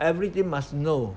everyday must know